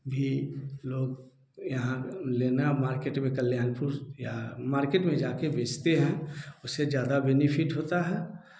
भी लोग यहाँ लेना मार्केट में कल्याणपुर या मार्केट में जाकर बेचते हैं उससे ज्यादा बेनिफिट होता है